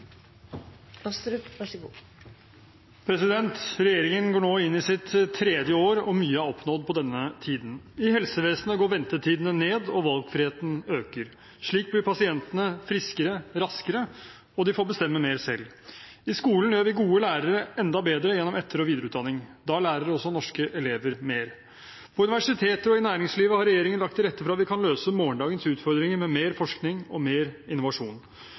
oppnådd på denne tiden. I helsevesenet går ventetidene ned, og valgfriheten øker. Slik blir pasientene friskere raskere, og de får bestemme mer selv. I skolen gjør vi gode lærere enda bedre gjennom etter- og videreutdanning. Da lærer også norske elever mer. På universiteter og i næringslivet har regjeringen lagt til rette for at vi kan løse morgendagens utfordringer med mer forskning og mer innovasjon.